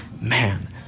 man